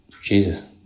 Jesus